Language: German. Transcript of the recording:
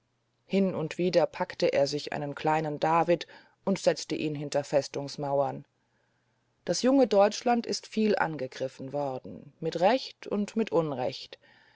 hin und wieder packte er sich einen kleinen david und setzte ihn hinter festungsmauern das junge deutschland ist viel angegriffen worden mit recht und unrecht